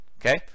Okay